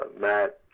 Matt